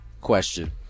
question